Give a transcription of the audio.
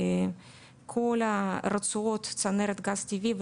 כל הרצועות צנרת גז טבעי,